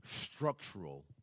Structural